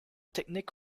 techniques